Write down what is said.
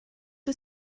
wyt